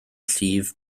llif